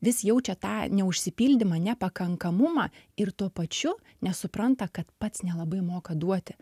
vis jaučia tą neužsipildymą nepakankamumą ir tuo pačiu nesupranta kad pats nelabai moka duoti